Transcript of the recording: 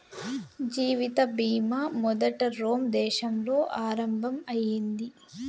జీవిత బీమా మొదట రోమ్ దేశంలో ఆరంభం అయింది